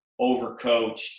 overcoached